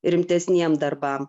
rimtesniems darbam